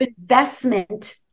investment